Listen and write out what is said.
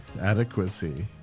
Adequacy